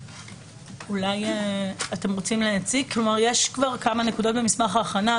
יש כבר כמה נקודות במסמך ההכנה,